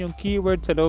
um keyword sort of